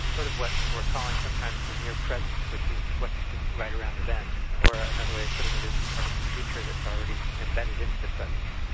sort of what we're calling sometimes the near present, which is what is right around the bend. or ah another way of putting it is the part of the future that's already embedded into the present.